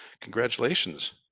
Congratulations